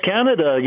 Canada